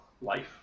life